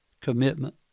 commitment